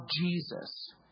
Jesus